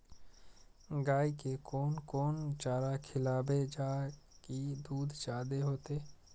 गाय के कोन कोन चारा खिलाबे जा की दूध जादे होते?